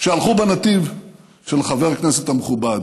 שהלכו בנתיב של חבר הכנסת המכובד